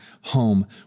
home